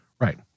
right